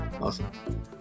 awesome